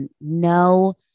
no